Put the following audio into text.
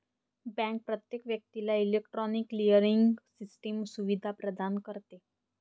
bank प्रत्येक व्यक्तीला electronic clearing system सुविधा प्रदान करते